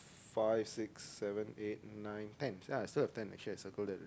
five six seven eight nine ten ya I still have ten actually I circle them